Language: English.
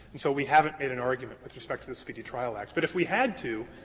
and so we haven't made an argument with respect to the speedy trial act. but if we had to,